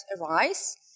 arise